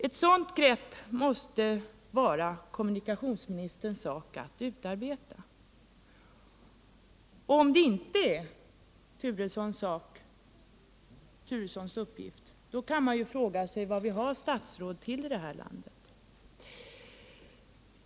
Ett sådant grepp måste vara kommunikationsministerns sak att utarbeta. Om det inte är kommunikationsministerns uppgift så kan man ju fråga sig vad vi då har statsråd till i detta land.